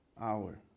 hour